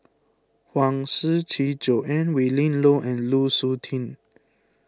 Huang Shiqi Joan Willin Low and Lu Suitin